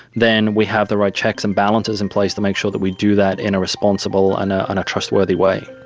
then we have the right checks and balances in place to make sure that we do that in a responsible and ah and trustworthy way.